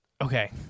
Okay